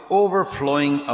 overflowing